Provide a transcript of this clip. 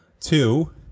Two